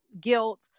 guilt